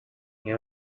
umwe